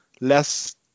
less